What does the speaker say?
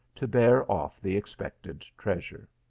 to bear off the expected treasure.